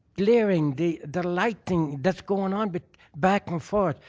glaring the the lighting that's going on but back and forth.